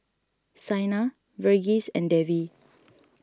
Saina Verghese and Devi